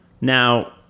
Now